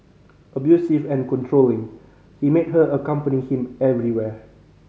abusive and controlling he made her accompany him everywhere